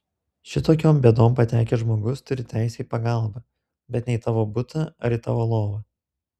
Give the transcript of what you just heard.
šitokion bėdon patekęs žmogus turi teisę į pagalbą bet ne į tavo butą ar į tavo lovą